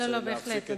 לא, לא, בהחלט.